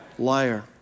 Liar